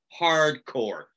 hardcore